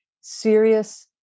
serious